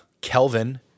Kelvin